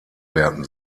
werten